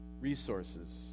resources